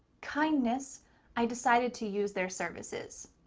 kindness i decided to use their services.